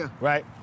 right